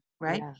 right